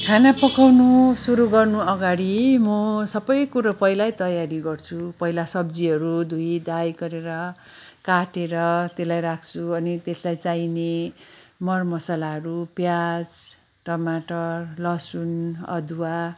खाना पकाउनु सुरू गर्नु अगाडि म सबै कुरो पहिल्यै तयारी गर्छु पहिला सब्जीहरू धोइधाइ गरेर काटेर त्यसलाई राख्छु अनि त्यसलाई चाहिने मर मसालाहरू प्याज टमाटर लसुन अदुवा